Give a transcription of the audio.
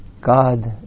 God